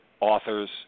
authors